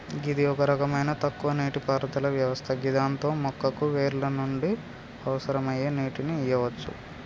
గిది ఒక రకమైన తక్కువ నీటిపారుదల వ్యవస్థ గిదాంతో మొక్కకు వేర్ల నుండి అవసరమయ్యే నీటిని ఇయ్యవచ్చు